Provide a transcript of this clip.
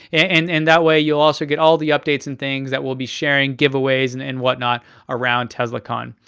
and and that way you'll also get all the updates and things that we'll be sharing, giveaways and and what not around teslacon.